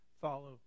follow